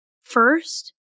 first